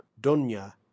Dunya